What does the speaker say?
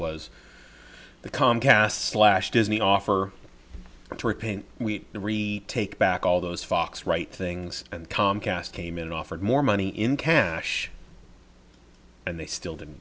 was the comcast slash disney offer to repaint we take back all those fox right things and comcast came in and offered more money in cash and they still didn't